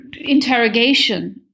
interrogation